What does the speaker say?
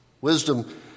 Wisdom